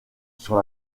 sur